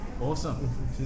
Awesome